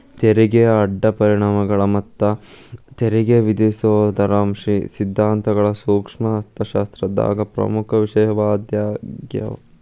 ತೆರಿಗೆಯ ಅಡ್ಡ ಪರಿಣಾಮಗಳ ಮತ್ತ ತೆರಿಗೆ ವಿಧಿಸೋದರ ಸಿದ್ಧಾಂತಗಳ ಸೂಕ್ಷ್ಮ ಅರ್ಥಶಾಸ್ತ್ರದಾಗ ಪ್ರಮುಖ ವಿಷಯವಾಗ್ಯಾದ